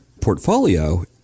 portfolio